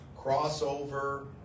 crossover